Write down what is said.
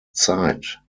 zeit